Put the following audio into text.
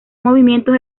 movimientos